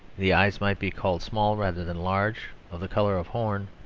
the eyes might be called small rather than large, of the colour of horn,